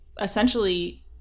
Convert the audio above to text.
essentially